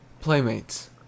Playmates